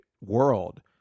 world